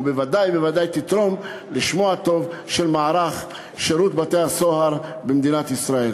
וודאי ודאי שתתרום לשמו הטוב של מערך שירות בתי-הסוהר במדינת ישראל.